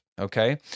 okay